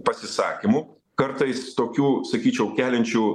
pasisakymų kartais tokių sakyčiau keliančių